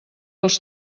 als